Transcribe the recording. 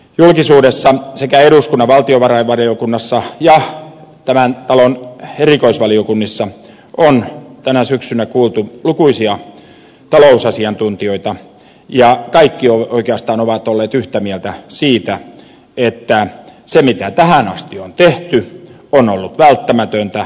julkisuudessa sekä eduskunnan valtiovarainvaliokunnassa ja tämän talon erikoisvaliokunnissa on tänä syksynä kuultu lukuisia talousasiantuntijoita ja oikeastaan kaikki ovat olleet yhtä mieltä siitä että se mitä tähän asti on tehty on ollut välttämätöntä